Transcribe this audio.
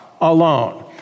alone